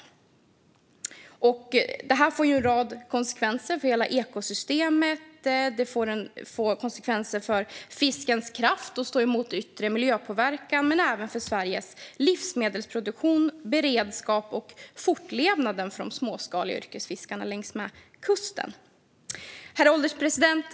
Detta får en rad konsekvenser för hela ekosystemet, för fiskens kraft att stå emot yttre miljöpåverkan men även för Sveriges livsmedelsproduktion och beredskap och för fortlevnaden för de småskaliga yrkesfiskarna längs kusten. Herr ålderspresident!